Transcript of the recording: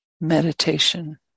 meditation